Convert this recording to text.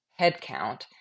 headcount